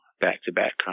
back-to-back